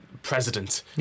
president